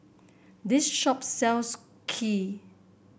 this shop sells Kheer